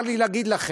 צר לי להגיד לכם: